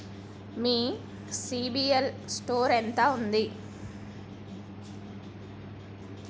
మీ CIBIL score ఎంత ఉంది?